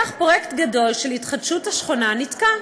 כך, פרויקט גדול של התחדשות השכונה נתקע.